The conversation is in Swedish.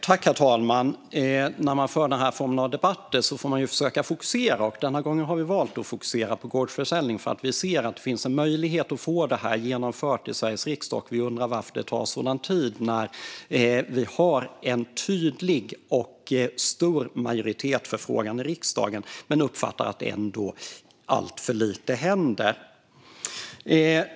Herr talman! När man för den här formen av debatter får man försöka fokusera, och denna gång har vi valt att fokusera på gårdsförsäljning därför att vi ser att det finns en möjlighet att få det genomfört i Sveriges riksdag. Vi undrar varför det tar så lång tid när vi har en tydlig och stor majoritet för frågan i riksdagen. Vi uppfattar att alltför lite händer.